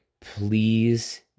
please